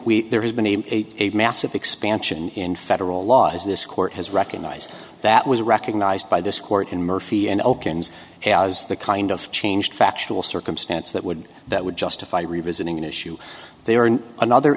second there has been a massive expansion in federal laws this court has recognized that was recognized by this court in murphy and opens as the kind of change factual circumstance that would that would justify revisiting an issue there in another